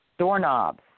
Doorknobs